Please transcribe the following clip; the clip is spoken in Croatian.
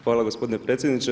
Hvala gospodine predsjedniče.